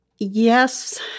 Yes